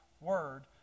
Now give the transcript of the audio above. word